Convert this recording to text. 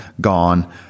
gone